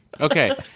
Okay